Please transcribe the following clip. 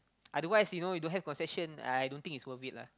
otherwise you know you don't have concession I don't think it's worth it lah